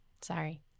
Sorry